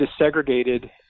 desegregated